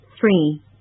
Three